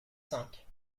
cinq